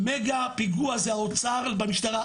מגה פיגוע זה האוצר במשטרה.